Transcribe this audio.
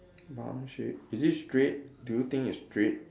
bun shape is it straight do you think it's straight